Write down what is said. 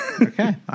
Okay